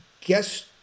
guess